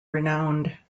renowned